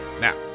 Now